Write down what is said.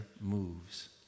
moves